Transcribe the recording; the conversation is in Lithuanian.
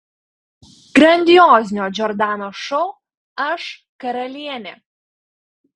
grandiozinio džordanos šou aš karalienė